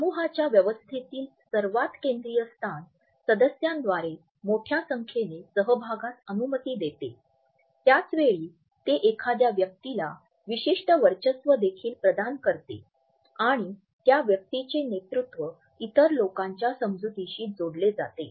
समूहाच्या व्यवस्थेतील सर्वात केंद्रीय स्थान सदस्यांद्वारे मोठ्या संख्येने सहभागास अनुमती देते त्याच वेळी ते एखाद्या व्यक्तीला विशिष्ट वर्चस्व देखील प्रदान करते आणि त्या व्यक्तीचे नेतृत्व इतर लोकांच्या समजुतीशी जोडले जाते